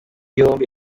yombi